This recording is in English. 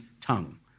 tongue